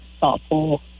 thoughtful